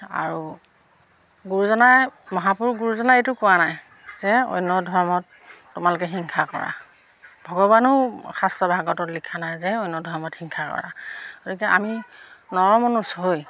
আৰু গুৰুজনাই মহাপুৰুষ গুৰুজনাই এইটো কোৱা নাই যে অন্য ধৰ্মত তোমালোকে হিংসা কৰা ভগৱানেও শাস্ত্ৰ ভাগৱতত লিখা নাই যে অন্য ধৰ্মত হিংসা কৰা গতিকে আমি নৰমনুষ হৈ